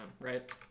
right